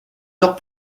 heures